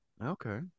Okay